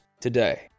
today